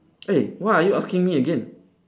eh why are you asking me again